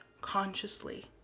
consciously